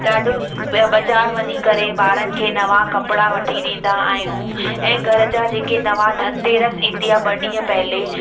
ॾाढो या बाज़ारि वञी करे ॿारनि खे नवां कपिड़ा वठी ॾींदा आहियूं ऐं घर जा जेके नवां धनतेरस ईंदी आहे ॿ ॾींहं पहिले